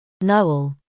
Noel